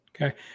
okay